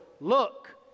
Look